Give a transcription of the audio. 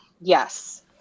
Yes